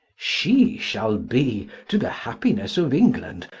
she shall be to the happinesse of england,